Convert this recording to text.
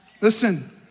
Listen